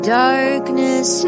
darkness